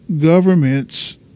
government's